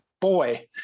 Boy